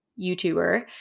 YouTuber